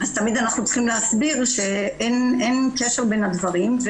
אז תמיד אנחנו צריכים להסביר שאין קשר בין הדברים.